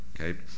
okay